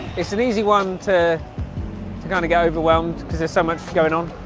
it's an easy one to to kind of go overwhelmed because there's so much going on